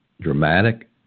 dramatic